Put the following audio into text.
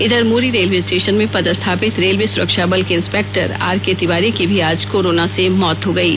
इधर Muri railway station में पदस्थापित रेलवे सुरक्षा बल के इन्स्पेक्टर आरके तिवारी की भी आज कोरोना से मौत हो गयी